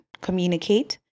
communicate